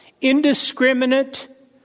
Indiscriminate